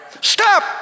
stop